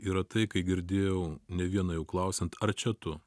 yra tai ką girdėjau ne vieno jau klausiant ar čia tu